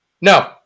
No